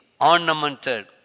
ornamented